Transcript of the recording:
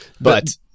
But-